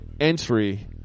entry